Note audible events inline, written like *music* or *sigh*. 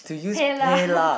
PayLah *laughs*